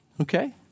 Okay